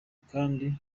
kandi